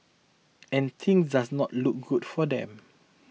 and things does not look good for them